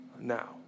now